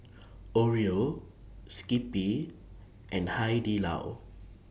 Oreo Skippy and Hai Di Lao